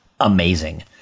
amazing